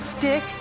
dick